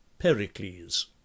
Pericles